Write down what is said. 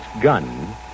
gun